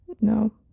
No